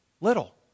Little